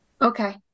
Okay